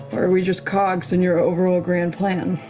are we just cogs in your overall grand plan?